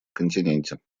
континенте